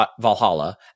Valhalla